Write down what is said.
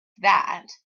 that